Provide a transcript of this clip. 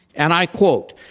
and i quote,